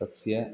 तस्य